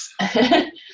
Yes